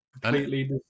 Completely